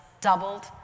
doubled